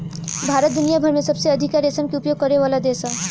भारत दुनिया भर में सबसे अधिका रेशम के उपयोग करेवाला देश ह